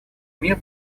мир